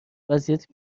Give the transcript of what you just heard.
وضعیت